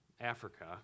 Africa